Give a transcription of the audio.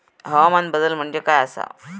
हवामान बदल म्हणजे काय आसा?